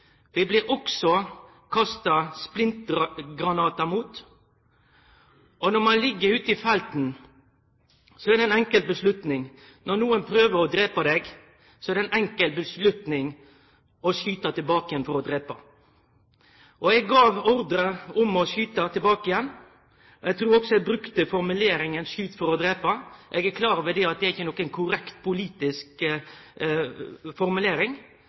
også kasta splintgranatar mot oss. Og når ein ligg ute i felten, er det ei enkel avgjerd når nokon prøver å drepe deg, å skyte tilbake for å drepe. Eg gav ordre om å skyte tilbake, og eg trur også eg brukte formuleringa «skyt for å drepe». Eg er klar over at det ikkje er ei korrekt politisk formulering,